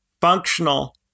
functional